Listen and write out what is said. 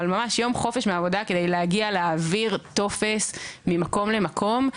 אבל ממש יום חופש מהעבודה על מנת להגיע ולהעביר טופס ממקום למקום.